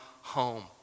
home